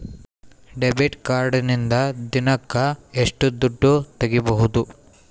Debit ಕಾರ್ಡಿನಿಂದ ದಿನಕ್ಕ ಎಷ್ಟು ದುಡ್ಡು ತಗಿಬಹುದು?